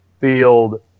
field